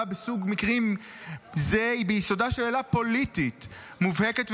בסוג מקרים זה היא ביסודה שאלה פוליטית מובהקת,